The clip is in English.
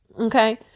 okay